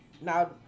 Now